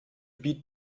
beat